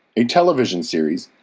a television series,